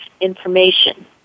information